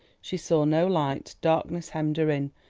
she saw no light, darkness hemmed her in.